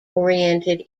oriented